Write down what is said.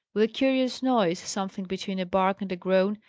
with a curious noise, something between a bark and a groan,